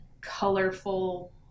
colorful